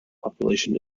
population